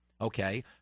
Okay